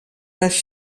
les